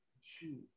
Shoot